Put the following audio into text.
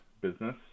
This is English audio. business